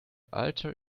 alter